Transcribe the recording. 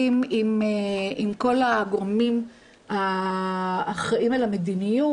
עם כל הגורמים האחראים על המדיניות.